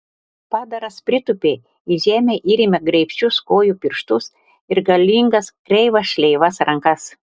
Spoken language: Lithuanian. padaras pritūpė į žemę įrėmė graibščius kojų pirštus ir galingas kreivas šleivas rankas